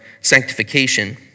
sanctification